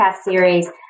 series